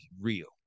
real